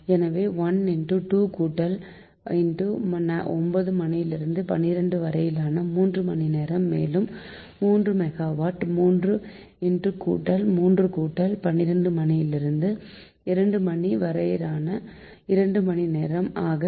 எனவே 1 2 கூட்டல் 9 மணியிலிருந்து 12 வரையான 3 மணி நேரம் மேலும் 3 மெகாவாட் 3 3 கூட்டல் 12 மணியிலிருந்து 2 மணி வரையான 2 மணி நேரம் ஆக 2 1